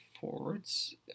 forwards